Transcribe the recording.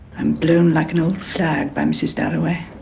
i'm blown like an old flag by mrs. dalloway.